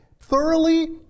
thoroughly